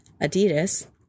Adidas